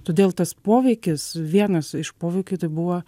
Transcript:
todėl tas poveikis vienas iš poveikių buvo